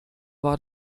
war